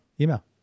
email